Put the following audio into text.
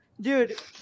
Dude